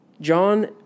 John